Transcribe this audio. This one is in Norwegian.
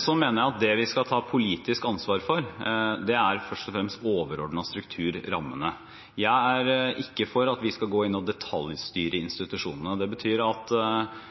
Så mener jeg at det vi skal ta politisk ansvar for, er først og fremst de overordnede strukturrammene. Jeg er ikke for at vi skal gå inn og detaljstyre institusjonene. Det betyr også at